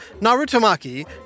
narutomaki